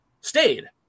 stayed